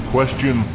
Question